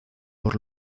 por